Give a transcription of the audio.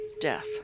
death